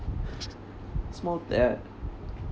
small ya